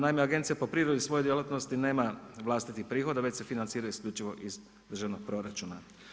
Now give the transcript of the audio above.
Naime, agencija po prirodi svoje djelatnosti nema vlastitih prihoda već se financira isključivo iz državnog proračuna.